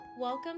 Welcome